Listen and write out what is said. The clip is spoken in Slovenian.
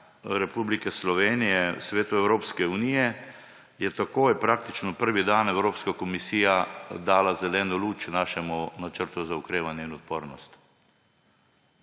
Republike Slovenije Svetu Evropske unije je takoj, praktično prvi dan, Evropska komisija dala zeleno luč našemu načrtu za okrevanje in odpornost,